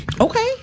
Okay